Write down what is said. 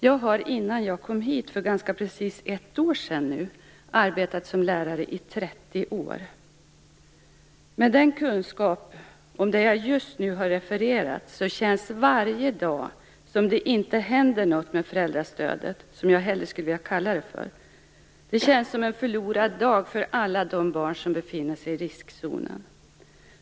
Jag har innan jag kom hit för ganska precis ett år sedan arbetat som lärare i 30 år. Med kunskap om det som jag just nu har refererat känns varje dag som det inte händer något med föräldrastödet, som jag hellre skulle vilja kalla det för, som en förlorad dag för alla de barn som befinner sig i riskzonen.